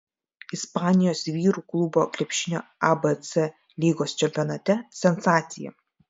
ispanijos vyrų klubų krepšinio abc lygos čempionate sensacija